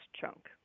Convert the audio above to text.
chunk